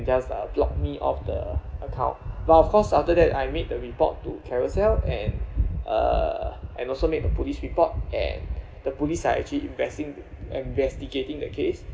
it just uh block me off the account but of course after that I made a report to carousell and uh and also made a police report and the police are actually investing investigating the case